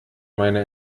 meine